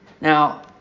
Now